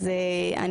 אז אני